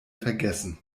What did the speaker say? vergessen